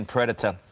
Predator